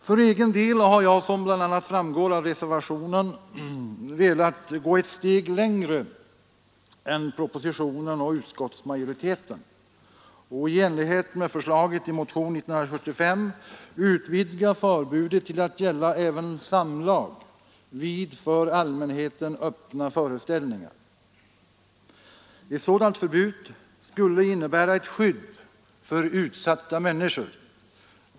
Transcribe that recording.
För egen del har jag, vilket bl.a. framgår av reservationen, velat gå ett steg längre än propositionen och utskottsmajoriteten och i enlighet med förslaget i motionen 1975 utvidga förbudet till att gälla även samlag vid för allmänheten öppna föreställningar. Ett sådant förbud skulle innebär ett skydd för utsatta människor.